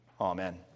Amen